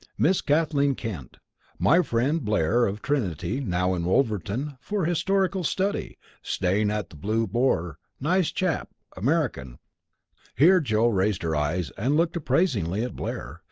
miss kathleen kent my friend blair of trinity now in wolverhampton for historical study staying at blue boar nice chap american here joe raised her eyes and looked appraisingly at blair,